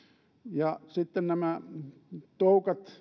ja sitten nämä toukat